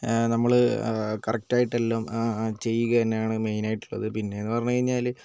നമ്മൾ കറക്റ്റ് ആയിട്ട് എല്ലാം ചെയ്യുക തന്നെയാണ് മെയിൻ ആയിട്ടുള്ളത് പിന്നേന്ന് പറഞ്ഞു കഴിഞ്ഞാൽ